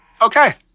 Okay